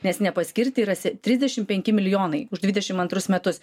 nes nepaskirti rasi trisdešim penki milijonai už dvidešim antrus metus